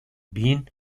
been